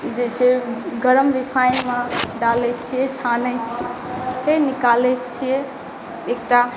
जे छै गरम रीफाइनमे डालै छियै छानै छियै फेर निकालै छियै एकटा